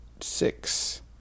six